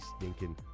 stinking